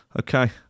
Okay